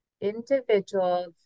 individuals